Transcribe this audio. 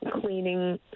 cleaning